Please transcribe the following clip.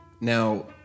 Now